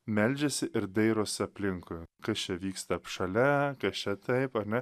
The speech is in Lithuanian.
meldžiasi ir dairosi aplinkui kas čia vyksta šalia kas čia taip ane